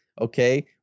okay